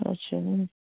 اَچھا